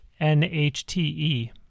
nhte